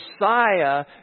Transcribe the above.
Messiah